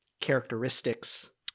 characteristics